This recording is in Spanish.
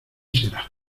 será